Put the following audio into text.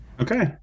Okay